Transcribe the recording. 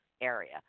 area